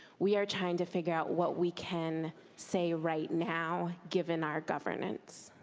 we are trying to figure out what we can say right now given our governance.